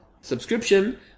subscription